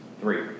Three